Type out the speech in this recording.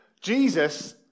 Jesus